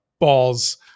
balls